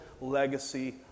legacy